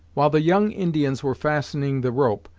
while the young indians were fastening the rope,